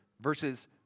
versus